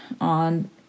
on